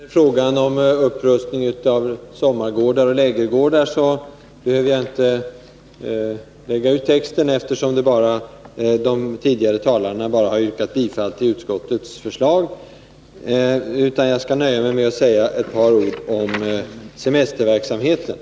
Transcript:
Herr talman! När det gäller frågan om upprustning av sommaroch lägergårdar behöver jag inte lägga ut texten, eftersom de tidigare talarna bara har yrkat bifall till utskottets förslag. Jag skall nöja mig med att säga ett par ord om semesterverksamheten.